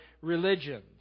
religions